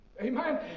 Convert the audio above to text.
Amen